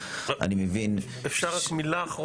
אפשר רק מילה?